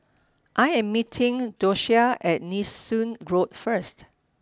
I am meeting Doshia at Nee Soon Road first